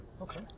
Okay